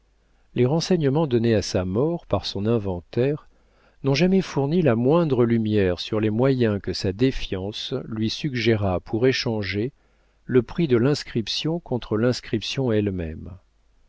les renseignements donnés à sa mort par son inventaire n'ont jamais fourni la moindre lumière sur les moyens que sa défiance lui suggéra pour échanger le prix de l'inscription contre l'inscription elle-même